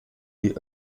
die